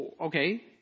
Okay